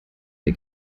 der